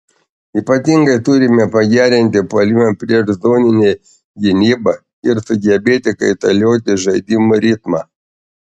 ypatingai turime pagerinti puolimą prieš zoninę gynybą ir sugebėti kaitalioti žaidimo ritmą